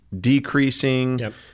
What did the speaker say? decreasing